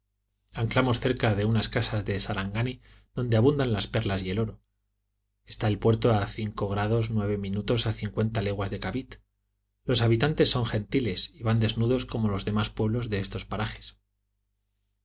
anclamos cerca de unas casas de sarangani donde abundan las perlas y el oro está el puerto a cinco grados nueve minutos a cincuenta leguas de cavit los habitantes son gentiles y van desnudos como los demás pueblos de estos parajes o